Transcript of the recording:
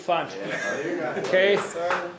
Okay